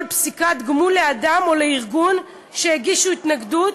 פסיקת גמול לאדם או לארגון שהגישו התנגדות,